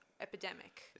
epidemic